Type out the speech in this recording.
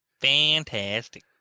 Fantastic